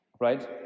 right